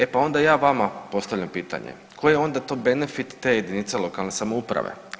E pa onda ja vama postavljam pitanje, koji je onda to benefit te jedinice lokalne samouprave?